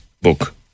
book